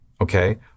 Okay